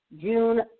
June